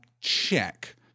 Check